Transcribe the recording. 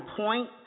point